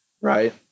right